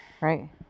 Right